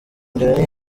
mbere